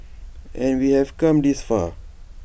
and we have come this far